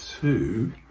two